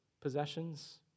possessions